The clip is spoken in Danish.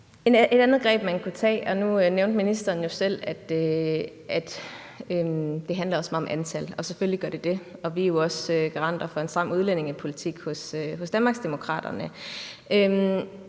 et andet greb, man kunne tage. Nu nævnte ministeren jo selv, at det også handler meget om antal, og selvfølgelig gør det det. Og vi er jo også garanter for en stram udlændingepolitik hos Danmarksdemokraterne.